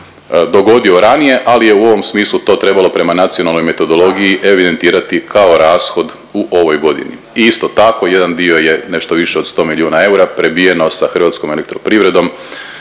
dogodio ranije, ali je u ovom smislu to trebalo prema nacionalnoj metodologiji evidentirati kao rashod u ovoj godini i isto tako jedan dio je nešto više od 100 milijuna eura prebijeno sa HEP-om s osnove